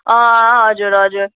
अँ हजुर हजुर